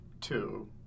two